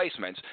placements